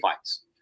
fights